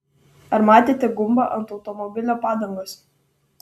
ar matėte gumbą ant automobilio padangos